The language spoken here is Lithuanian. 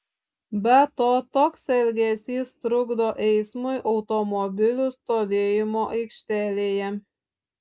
be to toks elgesys trukdo eismui automobilių stovėjimo aikštelėje